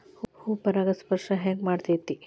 ಹೂ ಪರಾಗಸ್ಪರ್ಶ ಹೆಂಗ್ ಮಾಡ್ತೆತಿ?